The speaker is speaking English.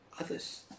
others